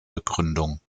begründung